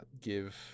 give